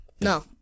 No